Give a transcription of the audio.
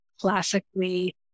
classically